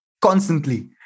constantly